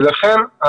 לכן,